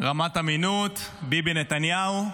רמת אמינות, ביבי נתניהו.